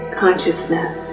consciousness